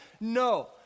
No